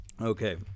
Okay